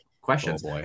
Questions